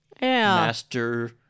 master